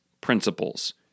principles